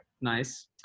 nice